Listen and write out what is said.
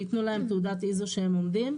שיתנו להם תעודת ISO שהם עומדים,